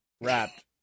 Wrapped